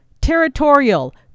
Territorial